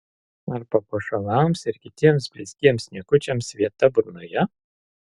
ar papuošalams ir kitiems blizgiems niekučiams vieta burnoje